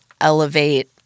elevate